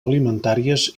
alimentàries